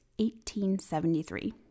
1873